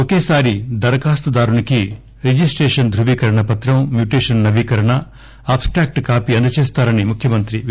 ఒకేసారి ధరఖాస్తు దారునికి రిజిస్టేషన్ దృవీకరణ పత్రం మ్యుటేషన్ నవీకరణ అబ్స్టాక్ట్ కాపీ అందజేస్తారని ముఖ్యమంత్రి వివరించారు